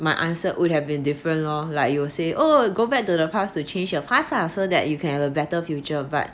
my answer would have been different lor like you will say oh go back to the past to change your past lah so that you can have a better future but